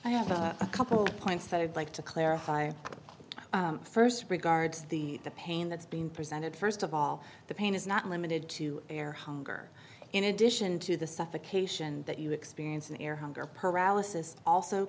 i have a couple points that i'd like to clarify first regards the the pain that's being presented first of all the pain is not limited to air hunger in addition to the suffocation that you experience in air hunger paralysis also